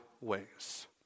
ways